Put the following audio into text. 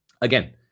again